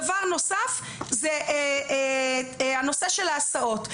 דבר נוסף זה הנושא של ההסעות.